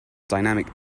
dynamic